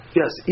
yes